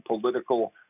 political